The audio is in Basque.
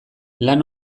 lan